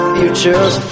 futures